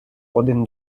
один